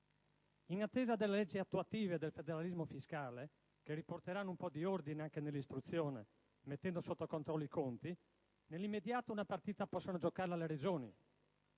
In attesa, delle leggi attuative del federalismo fiscale (che riporteranno un po' di ordine anche nell'istruzione mettendo sotto controllo i conti), nell'immediato una partita possono giocarla le Regioni.